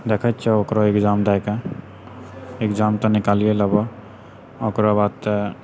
देखै छियौ ओकरो एग्जाम दए कऽ एग्जाम तऽ निकालिये लेबौ ओकरो बाद तऽ